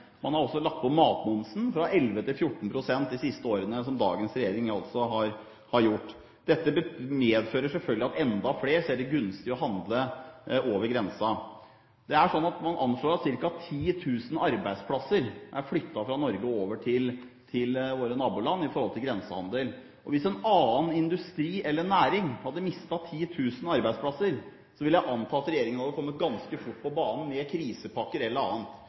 har også lagt på matmomsen fra 11 til 14 pst. de siste årene. Dette medfører selvfølgelig at enda flere ser det som gunstig å handle over grensen. Man anslår at ca. 10 000 arbeidsplasser er flyttet fra Norge og over til våre naboland i forhold til grensehandel. Hvis en annen industri eller næring hadde mistet 10 000 arbeidsplasser, vil jeg anta at regjeringen hadde kommet ganske fort på banen med krisepakker eller annet.